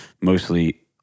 mostly